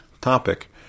topic